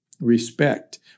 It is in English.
respect